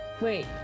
Wait